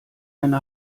eine